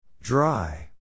Dry